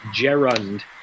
gerund